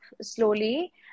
slowly